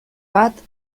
bat